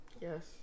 Yes